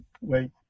Wait